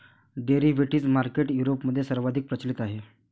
derivative market युरोपमध्ये सर्वाधिक प्रचलित आहे